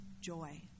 joy